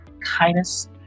Kindness